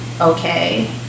okay